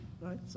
right